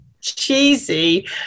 cheesy